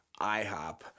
IHOP